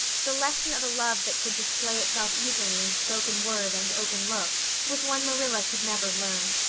the lesson of a love that should display itself easily in spoken word and open look was one marilla could never learn.